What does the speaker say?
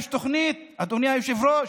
אדוני היושב-ראש,